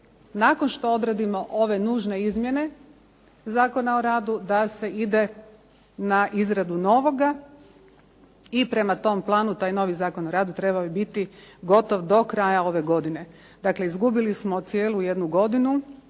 nakon što odradimo ove nužne izmjene Zakona o radu, da se ide na izradu novoga. I prema tom planu taj novi Zakon o radu trebao bi biti gotov do kraja ove godine. Dakle, izgubili smo cijelu jednu godinu,